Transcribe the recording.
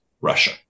russia